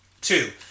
Two